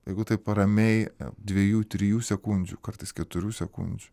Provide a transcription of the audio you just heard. jeigu taip ramiai dviejų trijų sekundžių kartais keturių sekundžių